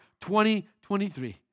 2023